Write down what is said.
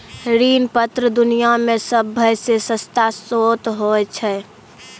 ऋण पत्र दुनिया मे सभ्भे से सस्ता श्रोत होय छै